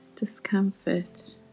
Discomfort